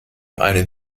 eine